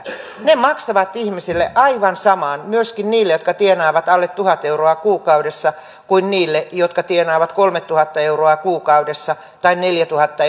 ne maksavat ihmisille aivan saman myöskin niille jotka tienaavat alle tuhat euroa kuukaudessa kuin niille jotka tienaavat kolmetuhatta euroa kuukaudessa tai neljätuhatta